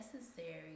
necessary